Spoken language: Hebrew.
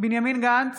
בנימין גנץ,